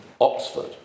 Oxford